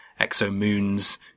exomoons